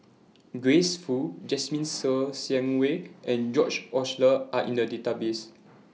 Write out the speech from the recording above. Grace Fu Jasmine Ser Xiang Wei and George Oehlers Are in The Database